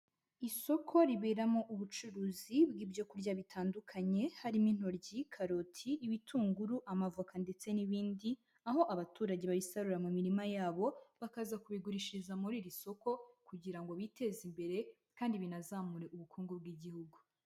Isoko riberamo ubucuruzi bw'ibyo kurya bitandukanye, harimo intoryi, karoti, ibitunguru, amavoka ndetse n'ibindi, aho abaturage bayisarura mu mirima yabo, bakaza kubigurishiriza muri iri soko kugira ngo biteze imbere kandi binazamure ubukungu bw'Igihugu.